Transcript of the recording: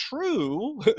true